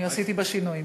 אני עשיתי בה שינויים.